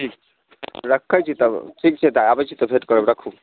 ठीक छै रखैत छी तब ठीक छै तऽ आबैत छी तऽ भेट करब रखू